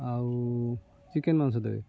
ଆଉ ଚିକେନ୍ ମାଂସ ଦେବେ